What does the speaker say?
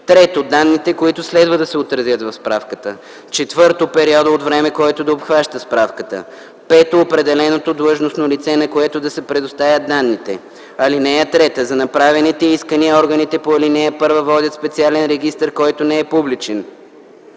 3. данните, които следва да се отразят в справката; 4. периода от време, който да обхваща справката; 5. определеното длъжностно лице, на което да се предоставят данните. (3) за направените искания органите по ал. 1 водят специален регистър, който не е публичен.